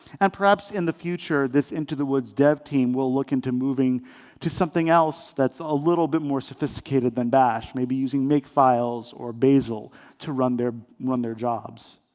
and perhaps in the future, this into the woods dev team will look into to something else that's a little bit more sophisticated than bash, maybe using make files or basil to run their run their jobs.